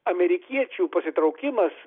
amerikiečių pasitraukimas